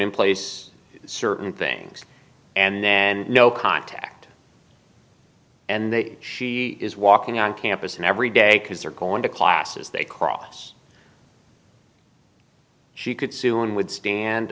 in place certain things and then no contact and they she is walking on campus and every day because they're going to classes they cross she could soon would stand